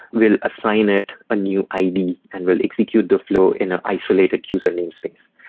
we'll assign it a new id and we'll execute the flow in an isolated username space.